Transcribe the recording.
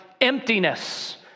emptiness